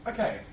Okay